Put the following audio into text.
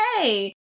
hey